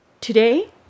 Today